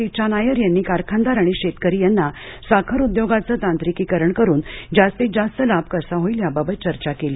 रिचा नायर यांनी कारखानदार आणि शेतकरी यांना साखर उद्योगाचे तांत्रिकीकरण करून जास्तीत जास्त लाभ कसा होईल याबाबत चर्चा केली